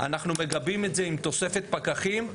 אנחנו מגבים עם תוספת פקחים,